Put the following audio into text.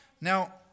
Now